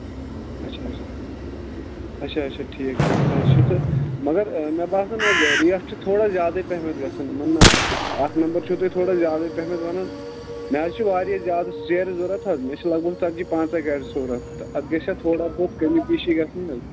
اچھا اچھا اچھا اچھا ٹھیٖک ٹھیٖک حظ چھُ تہٕ مگر مےٚ باسَان حظ ریٹ چھُ تھوڑا زیادَے پہمتھ گژھان منا اَکھ نمبر چھُو تُہۍ تھوڑا زیادَے پہمتھ وَنان مےٚ حظ چھِ واریاہ زیادٕ سیرِ ضوٚرَتھ حظ مےٚ چھِ لگ بگ ژَتجی پانٛژاہ گاڑِ سورتھ تہٕ اَتھ گژھِ ہا تھوڑا بہت کٔمی پیٖشی گژھٕنۍ حظ